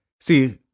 See